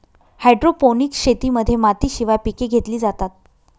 hydroponics शेतीमध्ये मातीशिवाय पिके घेतली जातात